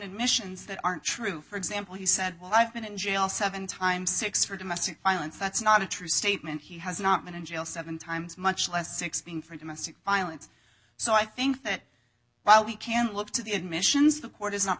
admissions that aren't true for example he said well i've been in jail seven times six for domestic violence that's not a true statement he has not been in jail seven times much less six being for domestic violence so i think that while we can look to the admissions the court is not